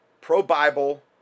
pro-Bible